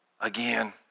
again